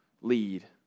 lead